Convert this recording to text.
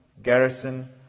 garrison